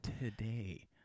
today